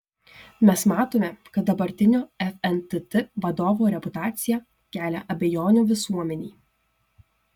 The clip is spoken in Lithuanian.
mes matome kad dabartinio fntt vadovo reputacija kelia abejonių visuomenei